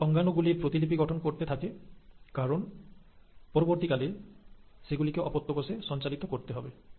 এটি অঙ্গাণু গুলির প্রতিলিপি গঠন করতে থাকে কারণ পরবর্তীকালে সেগুলিকে অপত্য কোষে সঞ্চালিত করতে হবে